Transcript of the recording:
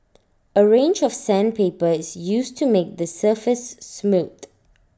A range of sandpaper is used to make the surface smooth